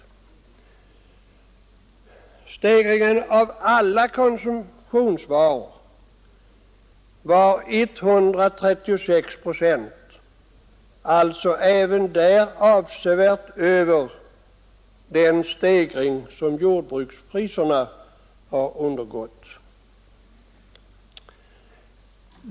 Stegringen av alla konsumtionsvaror uppgick till 136 procent, alltså även här avsevärt mer än den stegring som jordbrukspriserna har undergått.